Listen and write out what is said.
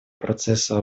процесса